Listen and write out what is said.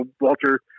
Walter